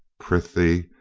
prithee,